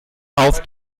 auf